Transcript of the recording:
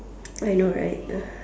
I know right uh